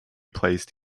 placed